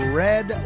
red